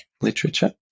Literature